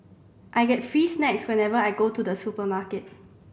I get free snacks whenever I go to the supermarket